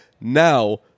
Now